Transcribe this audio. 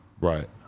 right